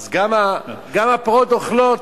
גם הפרות אוכלות,